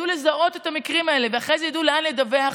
ידעו לזהות את המקרים האלה ואחרי זה ידעו לאן לדווח,